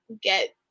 get